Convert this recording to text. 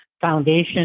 Foundation